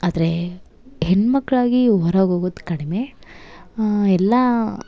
ಆದರೆ ಹೆಣ್ಣುಮಕ್ಳಾಗಿ ಹೊರಗೆ ಹೋಗೋದು ಕಡಿಮೆ ಎಲ್ಲ